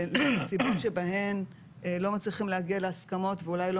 לנסיבות בהן לא מצליחים להגיע להסכמות ואולי לא